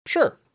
sure